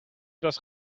das